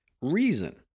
reason